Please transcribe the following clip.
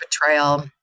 betrayal